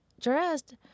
dressed